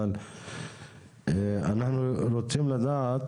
אבל אנחנו רוצים לדעת